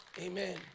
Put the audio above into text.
Amen